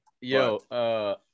Yo